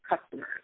customers